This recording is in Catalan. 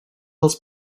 els